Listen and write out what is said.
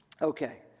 Okay